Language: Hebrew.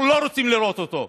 אנחנו לא רוצים לראות אותו,